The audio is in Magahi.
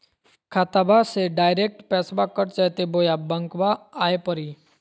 खाताबा से डायरेक्ट पैसबा कट जयते बोया बंकबा आए परी?